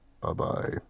Bye-bye